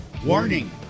Warning